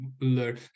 learn